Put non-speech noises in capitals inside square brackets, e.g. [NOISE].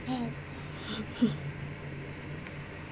[LAUGHS]